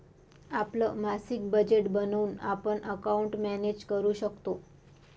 आपलं मासिक बजेट बनवून आपण अकाउंट मॅनेज करू शकतो